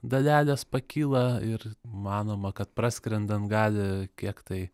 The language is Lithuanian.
dalelės pakyla ir manoma kad praskrendant gali kiek tai